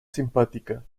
simpática